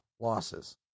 Losses